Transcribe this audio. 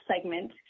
segment